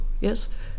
Yes